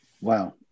Wow